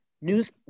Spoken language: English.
News